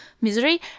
misery